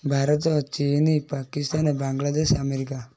ଭାରତ ଚୀନ୍ ପାକିସ୍ତାନ ବାଂଲାଦେଶ ଆମେରିକା